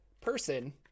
person